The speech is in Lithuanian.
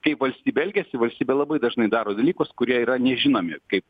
kai valstybė elgiasi valstybė labai dažnai daro dalykus kurie yra nežinomi kaip